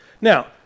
Now